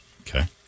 Okay